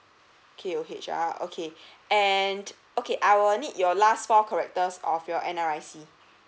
K O H ah okay and okay I will need your last four characters of your N_R_I_C